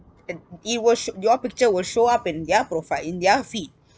and it will sh~ your picture will show up in their profile in their feed